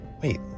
Wait